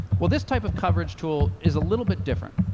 well, this type of coverage tool is a little bit different.